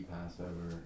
Passover